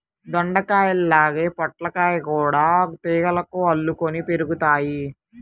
దొండకాయల్లాగే పొట్లకాయలు గూడా తీగలకు అల్లుకొని పెరుగుతయ్